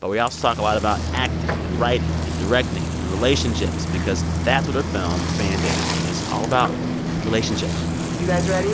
but we also talk a lot about acting and writing and directing and relationships because that's what her film band aid is all about relationships you guys ready?